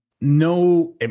no